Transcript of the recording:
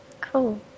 Cool